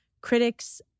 critics